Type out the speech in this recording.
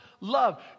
love